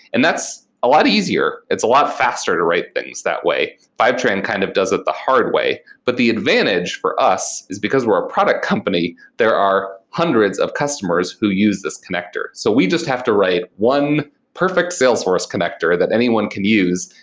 and that's a lot easier. it's a lot faster to write things that way. fivetran kind of does it the hard way. but the advantage for us is because we're a product company, there are hundreds of customers who use this connector. so we just have to write one perfect salesforce connector that anyone can use,